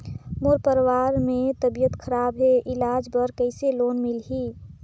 मोर परवार मे तबियत खराब हे इलाज बर कइसे लोन मिलही?